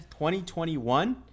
2021